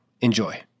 Enjoy